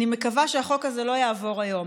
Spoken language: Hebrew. אני מקווה שהחוק הזה לא יעבור היום,